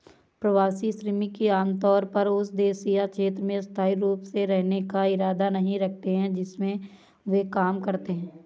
प्रवासी श्रमिक आमतौर पर उस देश या क्षेत्र में स्थायी रूप से रहने का इरादा नहीं रखते हैं जिसमें वे काम करते हैं